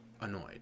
annoyed